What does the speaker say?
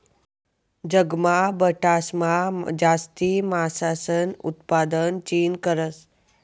जगमा बठासमा जास्ती मासासनं उतपादन चीन करस